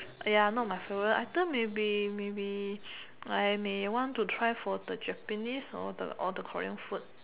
!aiya! not my favourite I think maybe maybe I may want to try for the Japanese or the or the Korean food